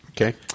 Okay